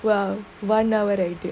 well wonder whether you take